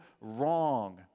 wrong